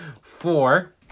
four